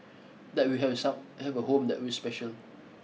that we will have some have a home that will special